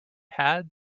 had